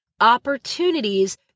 opportunities